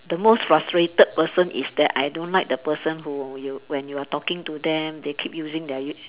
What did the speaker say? the most frustrated person is that I don't like the person who you when you are talking to them they keep using their y~